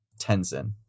Tenzin